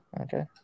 Okay